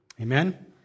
Amen